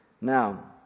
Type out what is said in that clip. Now